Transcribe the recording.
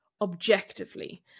objectively